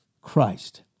Christ